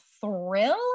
thrill